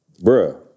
Bruh